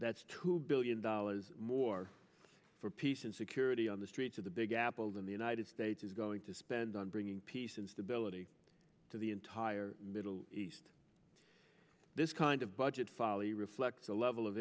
that's two billion dollars more for peace and security on the streets of the big apple than the united states is going to spend on bringing peace and stability to the entire middle east this kind of budget folly reflects a level of